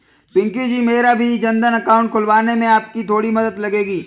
पिंकी जी मेरा भी जनधन अकाउंट खुलवाने में आपकी थोड़ी मदद लगेगी